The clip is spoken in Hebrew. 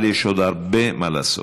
אבל יש עוד הרבה מה לעשות.